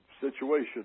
situation